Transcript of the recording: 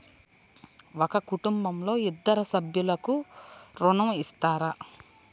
ఒక కుటుంబంలో ఇద్దరు సభ్యులకు ఋణం ఇస్తారా?